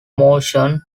motion